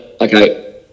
okay